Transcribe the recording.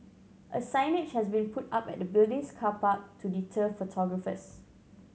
a signage has been put up at the building's car park to deter photographers